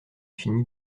finit